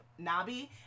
Nabi